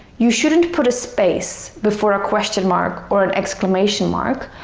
you shouldn't put a space before a question mark or an exclamation mark,